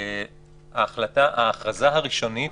אני מזכיר שההכרזה הראשונית,